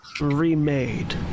remade